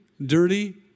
dirty